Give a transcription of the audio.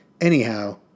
Anyhow